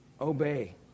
obey